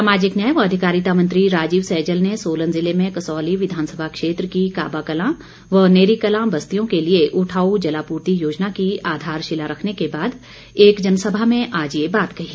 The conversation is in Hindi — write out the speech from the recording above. सामाजिक न्याय व अधिकारिता मंत्री राजीव सैजल ने सोलन जिले में कसौली विधानसभा क्षेत्र की काबाकलां व नेरीकलां बस्तियों के लिए उठाउ जलापूर्ति योजना की आधारशिला रखने के बाद एक जनसभा में आज ये बात कही